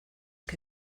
que